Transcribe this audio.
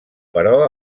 però